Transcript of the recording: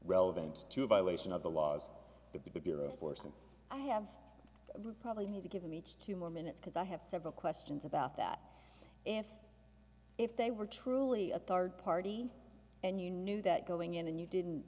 relevant to a violation of the laws the bureau of course and i have would probably need to give them each two more minutes because i have several questions about that if if they were truly a third party and you knew that going in and you didn't